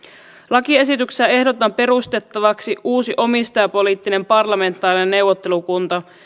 lakiesityksessä ehdotetaan perustettavaksi uusi omistajapoliittinen parlamentaarinen neuvottelukunta